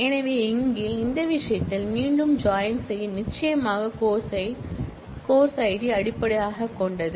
எனவே இங்கே இந்த விஷயத்தில் மீண்டும் ஜாயின் செய்ய நிச்சயமாக course id ஐ அடிப்படையாகக் கொண்டது